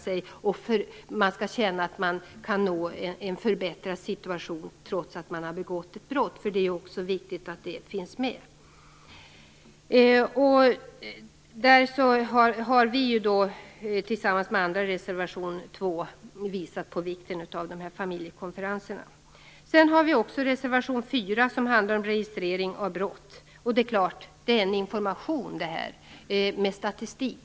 Det är en förutsättning för att man skall känna att man kan nå en förbättrad situation, trots att man har begått ett brott. Det är ju också viktigt att det finns med. Därför har vi tillsammans med andra i reservation nr 2 visat på vikten av familjekonferenserna. Reservation 4 handlar om registrering av brott. Det är en information, t.ex. statistik.